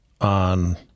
on